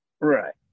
right